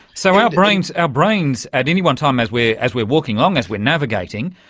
so our brains at brains at any one time as we as we are walking along, as we are navigating,